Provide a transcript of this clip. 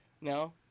No